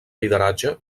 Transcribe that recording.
lideratge